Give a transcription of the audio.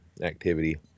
activity